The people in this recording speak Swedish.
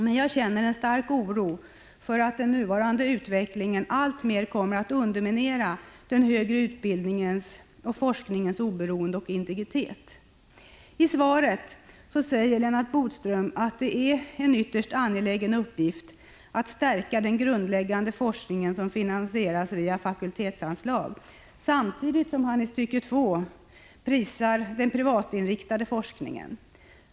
Men jag känner en stark oro för att den nuvarande utvecklingen alltmer kommer att underminera den högre I svaret säger Lennart Bodström att det är en ytterst angelägen uppgift att 20 maj 1986 stärka den grundläggande forskning, som finansieras via fakultetsanslag, samtidigt som han i andra stycket prisar den privatinriktade forskningen.